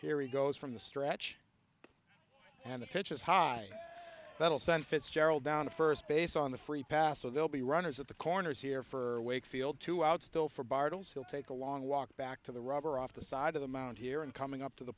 here he goes from the stretch and the pitches high that'll send fitzgerald down to first base on the free pass so they'll be runners at the corners here for wakefield to out still for bartels he'll take a long walk back to the rubber off the side of the mound here and coming up to the